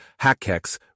Hackex